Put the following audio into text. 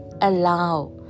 allow